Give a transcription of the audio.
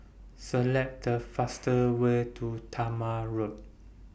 Select The faster Way to Talma Road